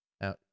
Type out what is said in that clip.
Now